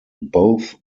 both